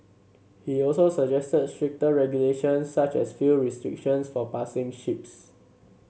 he also suggested stricter regulations such as fuel restrictions for passing ships